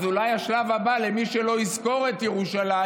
אז אולי השלב הבא יהיה שלמי שלא יזכור את ירושלים,